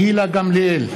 גילה גמליאל,